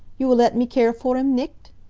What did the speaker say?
you will let me care for him, nicht?